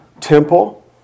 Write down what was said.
temple